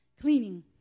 cleaning